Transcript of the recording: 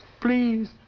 Please